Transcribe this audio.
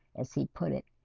as he put it.